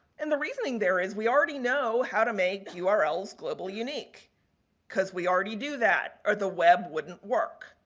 and, the reasoning there is we already know how to make yeah url's global unique because we already do that or the web wouldn't work.